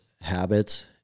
habits